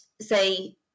say